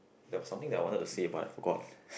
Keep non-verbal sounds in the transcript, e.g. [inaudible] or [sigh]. there was something that I wanted to say but I forgot [breath]